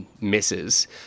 misses